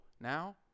now